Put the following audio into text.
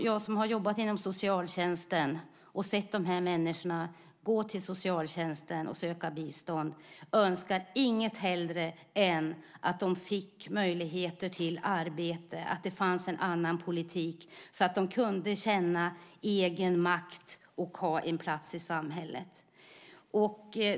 Jag som har jobbat inom socialtjänsten och sett de här människorna gå till socialtjänsten och söka bidrag önskar inget hellre än att de fick möjligheter till arbete, att det fanns en annan politik så att de kunde känna egen makt och få en plats i samhället.